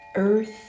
Earth